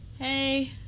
Hey